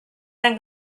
yang